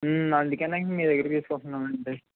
అందుకని అండి మీ దగ్గర తీసుకుంటున్నామండీ